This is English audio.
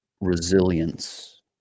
resilience